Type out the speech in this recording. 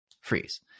freeze